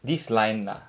this line ah